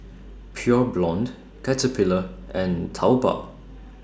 Pure Blonde Caterpillar and Taobao